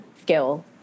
skill